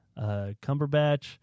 Cumberbatch